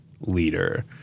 leader